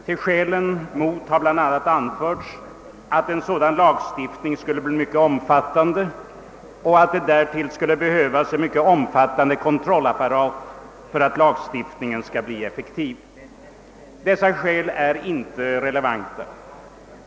Till skälen mot hör bland annat att en sådan lagstiftning skulle bli mycket omfattande och att det därtill skulle behövas en grundlig kontrollapparat för att lagstiftningen skall bli effektiv. Dessa skäl är inte relevanta.